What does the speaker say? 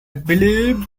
believe